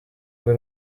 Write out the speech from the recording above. rwe